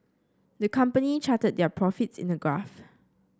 the company charted their profits in a graph